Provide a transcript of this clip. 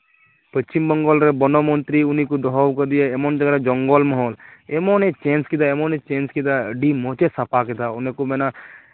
ᱯᱚᱥᱪᱤᱢ ᱵᱟᱝᱜᱚᱞ ᱨᱮ ᱵᱚᱱᱚ ᱢᱚᱱᱛᱨᱤ ᱩᱱᱤ ᱠᱚ ᱫᱚᱦᱚ ᱟᱠᱟᱫᱮᱭᱟ ᱮᱢᱚᱱ ᱡᱟᱦᱟᱸᱨᱮ ᱡᱚᱝᱜᱚᱞ ᱢᱚᱦᱚᱞ ᱮᱢᱚᱱᱮ ᱪᱮᱧᱡᱽ ᱠᱮᱫᱟᱭ ᱮᱢᱚᱱᱮ ᱪᱮᱧᱡᱽ ᱠᱮᱫᱟᱢ ᱟᱹᱰᱤ ᱢᱚᱡᱮ ᱥᱟᱯᱷᱟ ᱠᱮᱫᱟ ᱚᱱᱟ ᱠᱚ ᱢᱮᱱᱟ